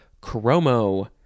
chromo